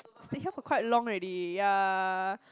stay here for quite long ready ya